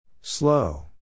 Slow